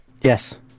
Yes